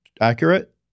accurate